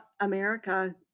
America